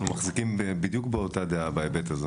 אנחנו מחזיקים בדיוק באותה דעה בהיבט הזה.